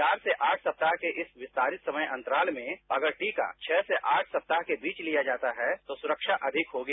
चार से आठ सप्ताह के इस विस्तारित सयम अंतराल में अगर टीका छरू से आठ सप्ताह के बीच लिया जाता है तो सुरक्षा अधिक होगी